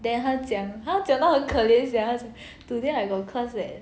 then 他讲他讲到很可怜 sia 他讲 today I got class leh